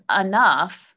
enough